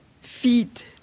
feet